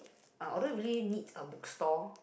although we really need a bookstore